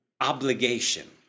obligation